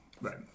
Right